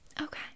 Okay